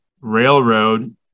railroad